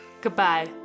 Goodbye